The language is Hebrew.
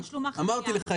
אמרתי לך,